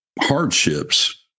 hardships